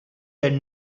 had